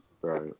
right